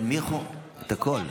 תנמיכו את הקול.